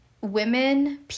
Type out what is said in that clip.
women